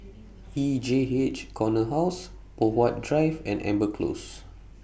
E J H Corner House Poh Huat Drive and Amber Close